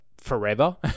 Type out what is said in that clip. forever